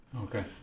Okay